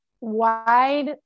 wide